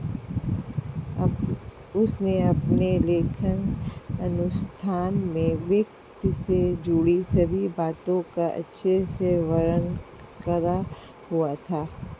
उसने अपने लेखांकन अनुसंधान में वित्त से जुड़ी सभी बातों का अच्छे से वर्णन करा हुआ था